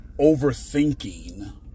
overthinking